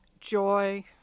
joy